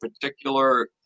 particular